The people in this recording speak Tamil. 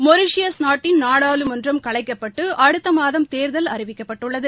மொரிஷியஸ் நாட்டின் நாடாளுமன்றம் கலைக்கப்பட்டு அடுத்த மாதம் தேர்தல் அறிவிக்கப்பட்டுள்ளது